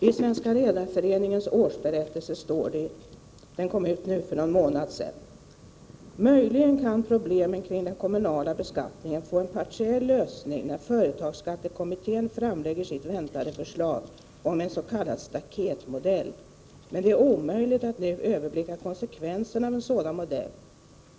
I Sveriges Redareförenings årsberättelse, som kom ut för någon månad sedan, heter det: ”Möjligen kan problemen kring den kommunala beskattningen få en partiell lösning när företagsskattekommittén framlägger sitt väntade förslag om en sk staketmodell, men det är omöjligt att nu överblicka konsekvenserna av en sådan modell.